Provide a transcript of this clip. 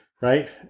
right